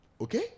Okay